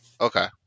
okay